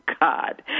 God